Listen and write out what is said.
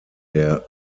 der